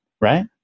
right